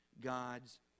God's